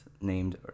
named